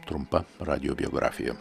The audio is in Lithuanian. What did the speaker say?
trumpa radijo biografija